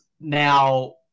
now